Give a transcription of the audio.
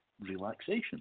relaxation